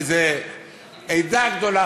וזו עדה גדולה,